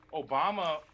Obama